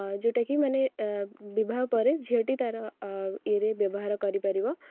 ଯେଉଁଟାକି ମାନେ ଏଁ ବିବାହ ପରେ ଝିଅଟି ତାର ଅଁ ଇଏରେ ବ୍ୟବହାର କରିପାରିବ